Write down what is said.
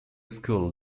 school